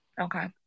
okay